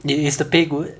is is the pay good